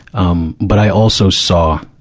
um, but i also saw,